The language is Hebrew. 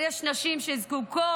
אבל יש נשים שזקוקות